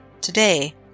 Today